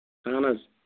اہن حظ